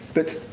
but